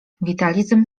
witalizm